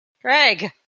Craig